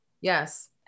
Yes